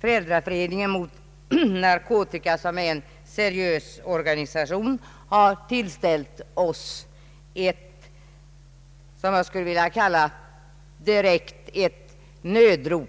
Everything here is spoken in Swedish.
Föräldraföreningen mot narkotika, som är en seriös organisation, har tillställt oss detta brev, som är ett nödrop